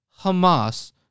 Hamas